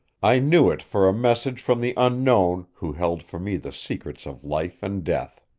i knew it for a message from the unknown who held for me the secrets of life and death.